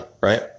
right